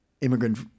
immigrant